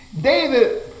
David